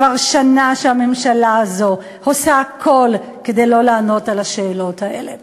כבר שנה שהממשלה הזאת עושה הכול כדי לא לענות על השאלות האלה.